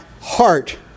heart